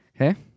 Okay